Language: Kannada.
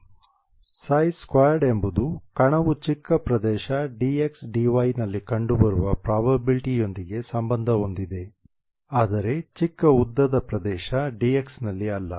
ψ2 ಎಂಬುದು ಕಣವು ಚಿಕ್ಕ ಪ್ರದೇಶ dxdy ನಲ್ಲಿ ಕಂಡುಬರುವ ಪ್ರಾಬಬಿಲಿಟಿಯೊಂದಿಗೆ ಸಂಬಂಧ ಹೊಂದಿದೆ ಆದರೆ ಚಿಕ್ಕ ಉದ್ದದ ಪ್ರದೇಶ dx ನಲ್ಲಿ ಅಲ್ಲ